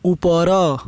ଉପର